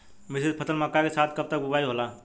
मिश्रित फसल मक्का के साथ कब तक बुआई होला?